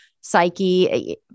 psyche